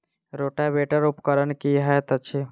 Rotavator उपकरण की हएत अछि?